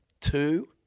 two